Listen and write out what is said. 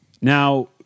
now